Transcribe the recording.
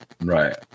Right